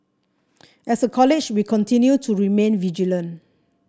as a college we continue to remain vigilant